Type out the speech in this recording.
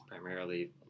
primarily